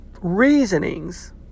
reasonings